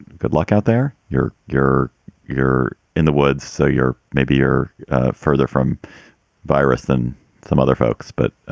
good luck out there. you're you're you're in the woods, so you're maybe you're further from virus than some other folks, but.